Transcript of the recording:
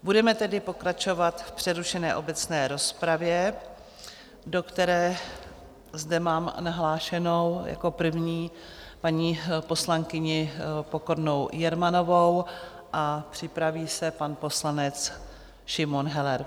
Budeme tedy pokračovat v přerušené obecné rozpravě, do které zde mám nahlášenou jako první paní poslankyni Pokornou Jermanovou, a připraví se pan poslanec Šimon Heller.